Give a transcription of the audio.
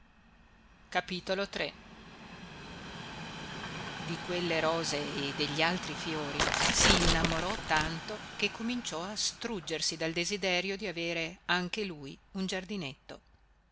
del giardino di quelle rose e degli altri fiori sinnamorò tanto che cominciò a struggersi dal desiderio di avere anche lui un giardinetto